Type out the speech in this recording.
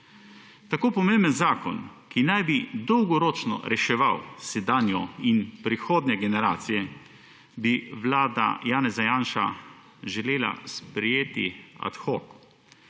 Tako pomemben zakon, ki naj bi dolgoročno reševal sedanjo in prihodnje generacije, bi vlada Janeza Janše želela sprejeti ad hoc